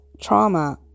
trauma